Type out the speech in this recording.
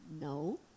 No